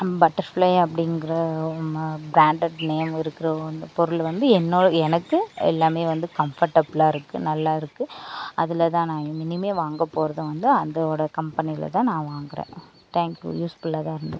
butterfly அப்படிங்கிற மா branded name இருக்கிற ஒ பொருள் வந்து என்ன எனக்கு எல்லாமே வந்து கம்ஃபர்ட்டபுளா இருக்குது நல்லா இருக்கு அதில் தான் நான் இனிமேல் வாங்கப் போகிறதும் வந்து அதோட கம்பெனியில் தான் நான் வாங்குகிறேன் தேங்க்யூ யூஸ்ஃபுல்லாக தான் இருந்து